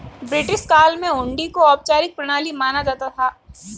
British काल में हुंडी को औपचारिक प्रणाली माना जाता था